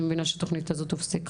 אני מבינה שהתוכנית הזאת הופסקה.